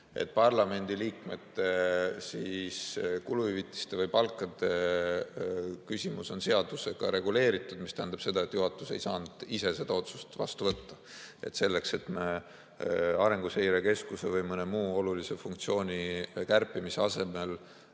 parlamendiliikmete kuluhüvitised ja palgad on seadusega reguleeritud, mis tähendab seda, et juhatus ei saa ise seda otsust vastu võtta. Selleks, et me Arenguseire Keskuse või mõne muu olulise funktsiooni kärpimise asemel